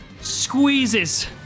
squeezes